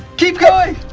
keep going!